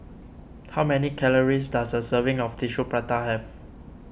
how many calories does a serving of Tissue Prata have